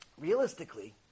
realistically